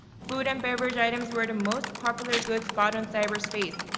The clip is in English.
food and beverage items were the most popular goods bought on cyberspace.